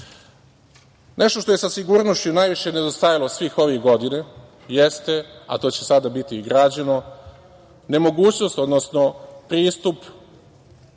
dela. Nešto što je sa sigurnošću najviše nedostajalo svih ovih godina jeste, a to će sada biti i građeno, nemogućnost odnosno pristup